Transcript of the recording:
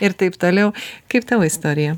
ir taip toliau kaip tavo istorija